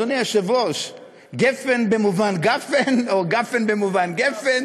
אדוני היושב-ראש: גֶּפֶן במובן גָּפֶן או גָּפֶן במובן גֶּפֶן?